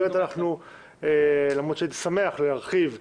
למרות שהייתי שמח להרחיב,